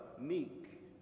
meek